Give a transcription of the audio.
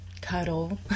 cuddle